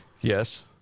Yes